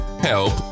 Help